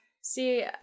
See